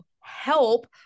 help